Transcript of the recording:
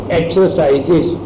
exercises